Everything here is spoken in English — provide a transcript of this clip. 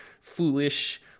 foolish